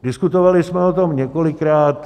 Diskutovali jsme o tom několikrát.